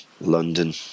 London